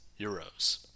euros